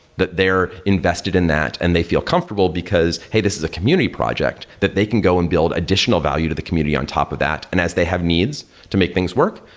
that they're invested in that and they feel comfortable, because, hey, this is a community project, that they can go and build additional value to the community on top of that. and as they have needs to make things work,